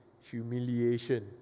humiliation